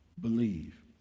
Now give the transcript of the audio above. believe